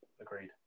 Agreed